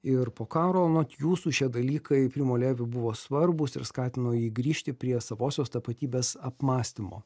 ir po karo anot jūsų šie dalykai primo levi buvo svarbūs ir skatino jį grįžti prie savosios tapatybės apmąstymo